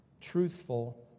truthful